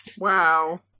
wow